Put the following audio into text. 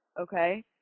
Okay